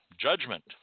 judgment